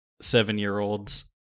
seven-year-olds